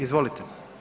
Izvolite.